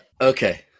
Okay